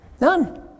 None